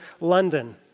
London